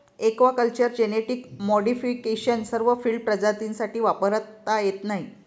aquaculture genetic modification सर्व field प्रजातींसाठी वापरता येत नाही